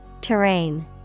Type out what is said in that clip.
Terrain